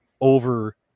over